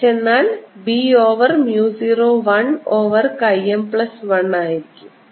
H എന്നാൽ b over mu 0 1 over chi m plus 1 ആയിരിക്കും